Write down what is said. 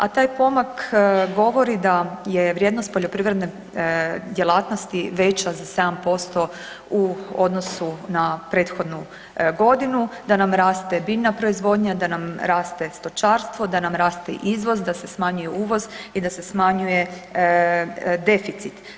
A taj pomak govori da je vrijednost poljoprivredne djelatnosti veća za 7% u odnosu na prethodnu godinu, da nam raste biljna proizvodnja, da nam raste stočarstvo, da nam raste izvoz, da se smanjuje uvoz i da se smanjuje deficit.